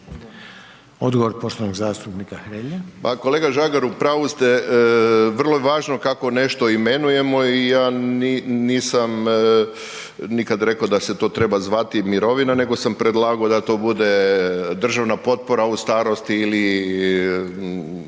Odgovor poštovanog zastupnika Hrelje.